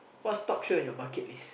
what's top three on your bucket list